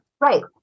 Right